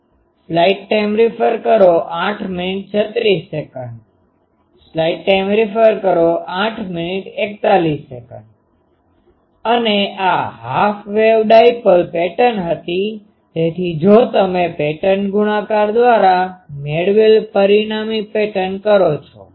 અને આ half wave dipole pattern હતી તેથી જો તમે પેટર્ન ગુણાકાર દ્વારા મેળવેલ પરિણામી પેટર્ન કરો છો